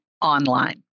online